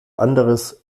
anderes